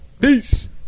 Peace